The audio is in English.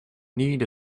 need